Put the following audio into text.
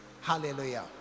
hallelujah